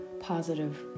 positive